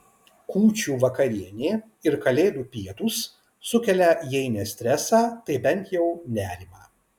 kūčių vakarienė ir kalėdų pietūs sukelia jei ne stresą tai bent jau nerimą